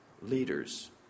leaders